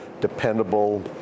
dependable